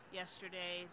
yesterday